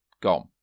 Gone